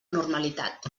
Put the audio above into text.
normalitat